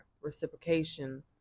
reciprocation